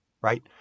right